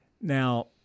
Now